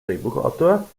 drehbuchautor